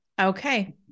Okay